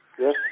Yes